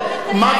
מה צריך,